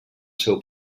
seu